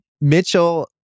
Mitchell